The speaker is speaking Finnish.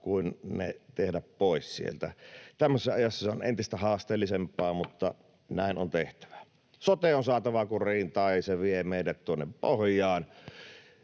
kuin tehdä ne pois sieltä. Tämmöisessä ajassa se on entistä haasteellisempaa, mutta näin on tehtävä. Sote on saatava kuriin, tai se vie meidät tuonne pohjaan.